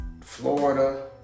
Florida